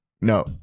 No